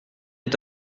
est